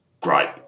great